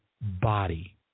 body